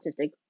autistic